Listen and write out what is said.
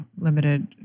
limited